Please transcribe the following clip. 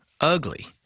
ugly